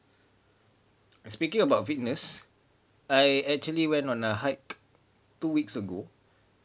speaking about fitness I actually went on a hike two weeks ago